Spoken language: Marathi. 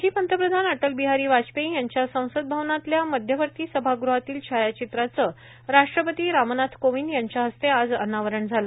माजी पंतप्रधान अटल बिहारी वाजपेयी यांच्या संसद भवनातल्या मध्यवर्ती सभाग़हातील छायाचित्राचं राष्ट्रपती रामनाथ कोविंद यांच्या हस्ते आज अनावरण झालं